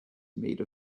made